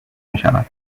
میشود